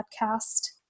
podcast